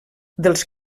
dels